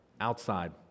outside